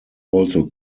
also